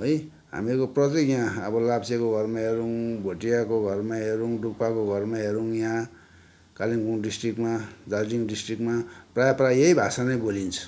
है हामीहरूको प्रत्येक यहाँ अब लाप्चेको घरमा हेरौँ भोटियाको घरमा हेरौँ डुक्पाको घरमा हेरौँ यहाँ कालिम्पोङ डिस्ट्रि्क्टमा दार्जिलिङ डिस्ट्रिक्टमा प्राय प्राय यही भाषा नै बोलिन्छ